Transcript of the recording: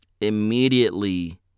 immediately